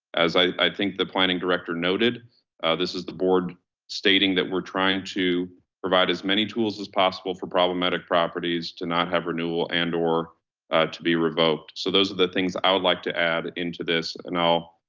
as i think the planning director noted this is the board stating that we're trying to provide as many tools as possible for problematic properties to not have renewal and, or to be revoked. so those are the things i would like to add into this. and i'll